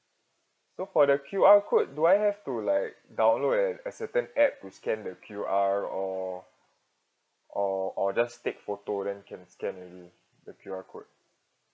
so for the Q_R code do I have to like download an a certain app to scan the Q_R or or or just take photo then can scan already the Q_R code